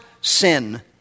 sin